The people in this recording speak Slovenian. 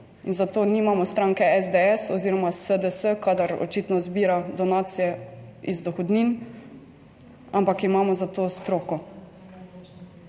zato nimamo stranke SDS, oz. SDS, kadar očitno zbira donacije iz dohodnin, ampak imamo za to stroko.